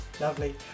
lovely